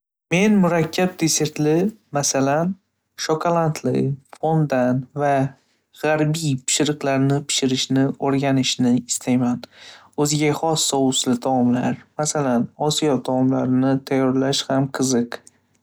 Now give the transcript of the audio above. Men murakkab desertlar, masalan, shokoladli fondan va g‘arbiy pishiriqlarni pishirishni o‘rganishni istayman. O'ziga xos sousli taomlar, masalan, Osiyo taomlarini tayyorlash ham qiziq.